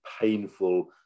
painful